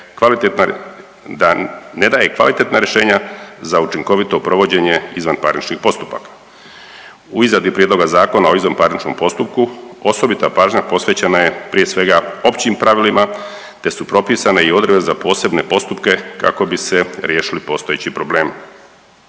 da ne daje kvalitetna rješenja za učinkovito provođenje izvanparničnih postupka. U izradi Prijedloga Zakona o izvanparničnom postupku osobita pažnja posvećena je prije svega općim pravilima te su propisane i odredbe za posebne postupke kako bi se riješili postojeći problemi.